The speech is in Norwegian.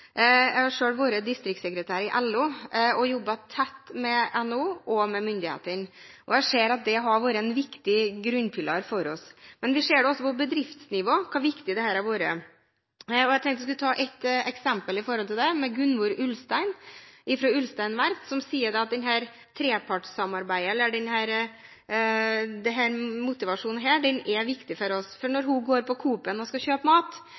Jeg har selv vært distriktssekretær i LO og jobbet tett med NHO og med myndighetene, og jeg ser at det har vært en viktig grunnpilar for oss. Vi ser også på bedriftsnivå hvor viktig dette har vært. Jeg tenkte jeg skulle komme med et eksempel. Gunvor Ulstein ved Ulstein Verft sier at dette trepartssamarbeidet – denne motivasjonen – er viktig for oss. Når hun går på Coop-en for å kjøpe mat,